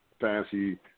fancy